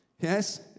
Yes